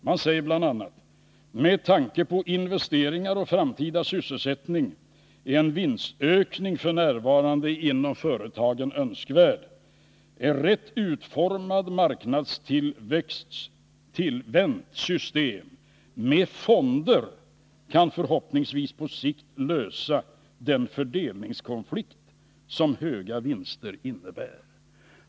Man säger bl.a.: Med tanke på investeringar och framtida sysselsättning är en vinstökning inom företagen f. n. önskvärd. Ett rätt utformat marknadstillvänt system med fonder kan förhoppningsvis på sikt lösa den fördelningskonflikt som höga vinster innebär.